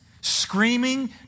screaming